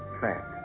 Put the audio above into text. fact